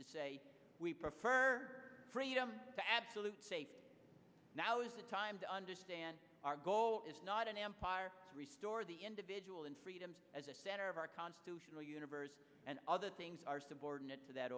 to say we prefer freedom to absolute safety now's the time to understand our goal is not an empire restore the individual and freedom as a center of our constitutional universe and other things are subordinate to that